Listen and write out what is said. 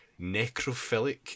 necrophilic